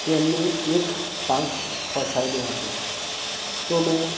તેમની એક પાંખ ફસાયેલી હતી તો મેં